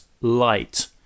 light